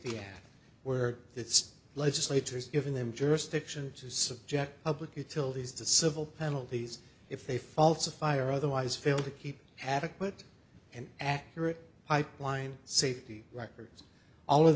y where it's legislators giving them jurisdiction to subject public utilities to civil penalties if they falsify or otherwise fail to keep adequate and accurate pipeline safety records all of